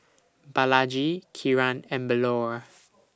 Balaji Kiran and Bellur